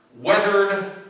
weathered